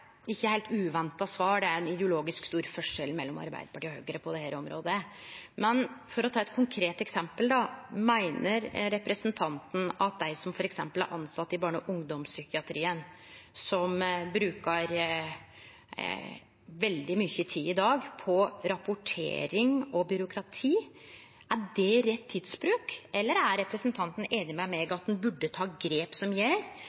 ikkje heilt uventa svar, for det er en ideologisk stor forskjell på Arbeidarpartiet og Høgre på dette området. For å ta eit konkret eksempel: Når f.eks. dei som er tilsette i barne- og ungdomspsykiatrien, i dag bruker veldig mykje tid på rapportering og byråkrati, meiner representanten då at det er rett tidsbruk? Eller er representanten einig med meg i at ein burde ta grep som